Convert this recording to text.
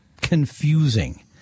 confusing